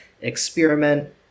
experiment